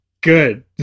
Good